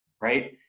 right